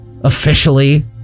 officially